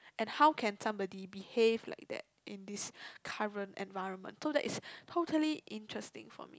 and how can somebody behave like that in this current environment so it's totally interesting for me